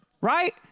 Right